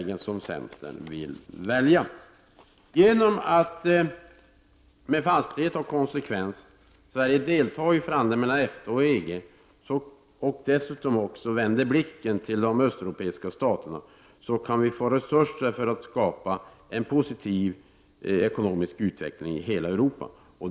Genom att Sverige med fasthet och konsekvens deltar i förhandlingarna mellan EFTA och EG och dessutom vänder blicken mot de östeuropeiska staterna, kan vi få resurser för att skapa en positiv ekonomisk utveckling i hela Europa.